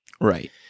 Right